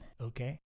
okay